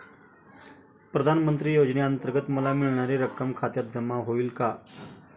प्रधानमंत्री योजनेअंतर्गत मला मिळणारी रक्कम खात्यात जमा होईल का?